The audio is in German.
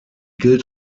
gilt